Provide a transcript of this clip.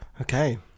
okay